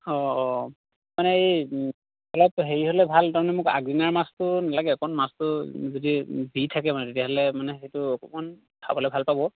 অঁ অঁ মানে এই অলপ হেৰি হ'লে ভাল তাৰ মানে মোক আগদিনাৰ মাছটো নালাগে অকন মাছটো যদি জী থাকে মানে তেতিয়াহ'লে মানে সেইটো অকণ খাবলৈ ভাল পাব